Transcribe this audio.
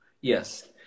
Yes